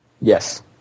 Yes